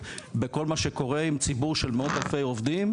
בכל מה שקורה עם ציבור של מאות אלפי עובדים.